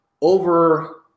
over